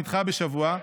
נדחה בשבוע,